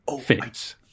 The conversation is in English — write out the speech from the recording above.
fits